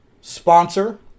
sponsor